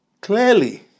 clearly